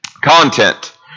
Content